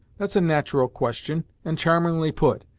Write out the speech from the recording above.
that's a nat'ral question, and charmingly put.